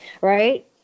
right